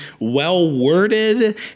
well-worded